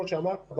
כמו שאמרת,